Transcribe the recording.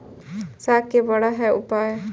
साग के बड़ा है के उपाय?